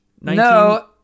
No